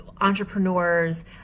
entrepreneurs